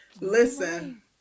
Listen